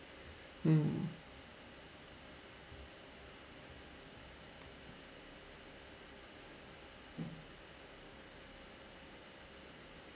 mm